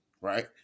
right